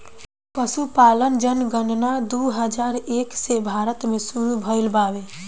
पसुपालन जनगणना दू हजार एक से भारत मे सुरु भइल बावे